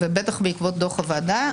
ובטח בעקבות דוח הוועדה,